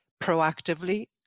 proactively